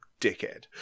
dickhead